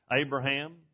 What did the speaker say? Abraham